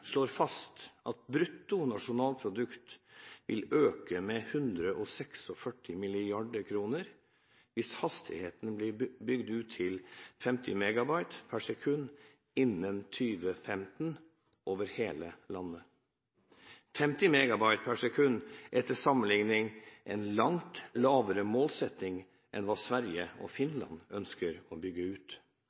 slår fast at brutto nasjonalprodukt vil øke med 146 mrd. kr hvis hastigheten blir bygd ut til 50 megabit per sekund innen 2015 over hele landet. 50 megabit per sekund er til sammenligning en langt lavere målsetting enn hva Sverige og Finland ønsker å bygge ut.